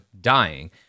dying